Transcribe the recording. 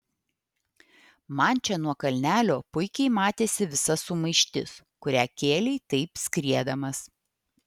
man čia nuo kalnelio puikiai matėsi visa sumaištis kurią kėlei taip skriedamas